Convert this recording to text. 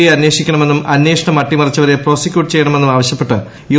I അന്വേഷിക്കണമെന്നും അന്വേഷണം അട്ടിമറിച്ചവരെ പ്രോസിക്യൂട് ചെയ്യണമെന്നും ആവശ്യപ്പെട്ട് യു